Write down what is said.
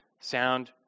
sound